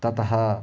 ततः